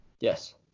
Yes